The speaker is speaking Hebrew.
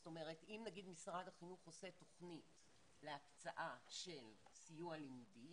זאת אומרת אם נגיד משרד החינוך עושה תוכנית להקצאה של סיוע לימודי